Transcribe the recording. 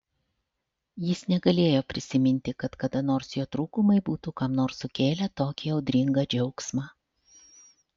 jis negalėjo prisiminti kad kada nors jo trūkumai būtų kam nors sukėlę tokį audringą džiaugsmą